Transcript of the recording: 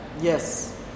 yes